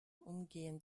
umgehend